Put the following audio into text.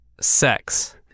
Sex